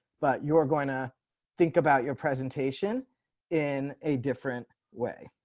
but you're going to think about your presentation in a different way.